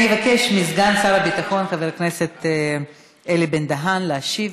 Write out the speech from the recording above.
אני אבקש מסגן שר הביטחון חבר הכנסת אלי בן-דהן להשיב.